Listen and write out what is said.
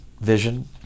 vision